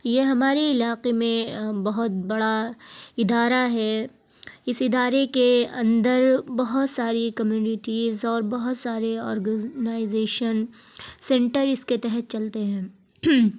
یہ ہماری علاقے میں بہت بڑا ادارہ ہے اس ادارے کے اندر بہت ساری کمیونٹیز اور بہت سارے آرگنزنائزیشن سنٹر اس کے تحت چلتے ہیں